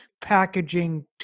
packaging